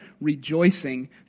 rejoicing